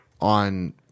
on